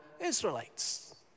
Israelites